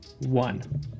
one